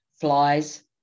flies